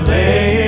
lay